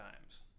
times